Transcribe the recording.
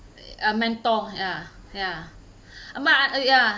a mentor ya ya my uh uh ya